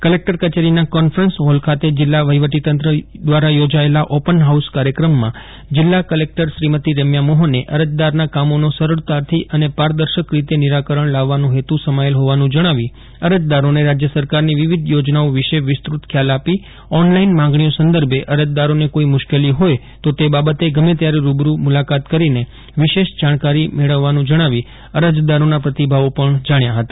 collector કચેરીના conference hall ખાતે જિલ્લા વહીવટીતંત્ર દ્વારા યોજાયેલા ઓપન હાઉસ કાર્યક્રમમાં જિલ્લા કલેકટર શ્રીમતી રેમ્યા મોહને અરજદારના કામોનો સરળતાથી અને પારદર્શક રીતે નિરાકરણ લાવવાનો હેતુ સમાયેલ હોવાનું જણાવી અરજદારોને રાજય સરકારની વિવિધ યોજના વિશે વિસ્તૃત ખ્યાલ આપી ઓનલાઇન માંગણીઓ સંદર્ભે અરજદારોને કોઇ મુશ્કેલી હોય તો તે બાબતે ગમે ત્યારે રૂબરૂ મૂલાકાત કરીને વિશેષ જાણકારી મેળવવાનું જણાવી અરજદારોના પ્રતિભાવો પણ જાણ્યા હતા